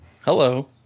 hello